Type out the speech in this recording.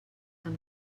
amb